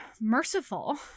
merciful